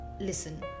listen